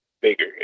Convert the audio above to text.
bigger